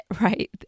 right